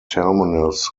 terminus